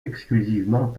exclusivement